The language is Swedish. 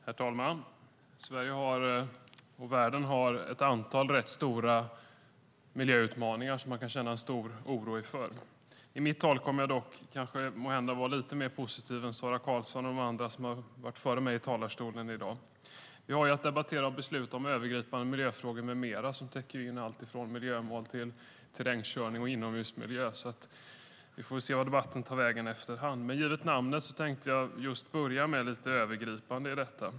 Herr talman! Sverige och världen har ett antal rätt stora miljöutmaningar som man kan känna en stor oro inför. I mitt anförande kommer jag måhända att vara lite mer positiv än Sara Karlsson och de andra som har varit före mig i talarstolen i dag. Vi har att debattera och besluta om övergripande miljöfrågor med mera, som täcker in alltifrån miljömål till terrängkörning och inomhusmiljö, så vi får väl se vart debatten tar vägen efterhand. Men givet namnet tänkte jag tala lite övergripande om detta.